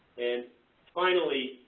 and finally,